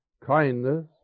kindness